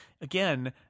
again